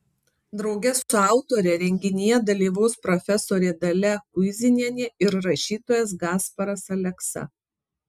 drauge su autore renginyje dalyvaus profesorė dalia kuizinienė ir rašytojas gasparas aleksa